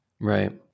right